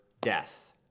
death